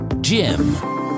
Jim